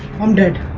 hundred